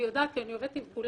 אני יודעת כי אני עובדת עם כולם.